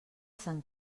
sant